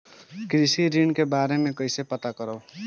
कृषि ऋण के बारे मे कइसे पता करब?